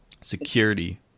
Security